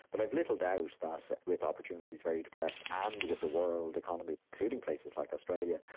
but i have little doubt that that with opportunities very depressed and with the world economy including places like australia,